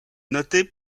noté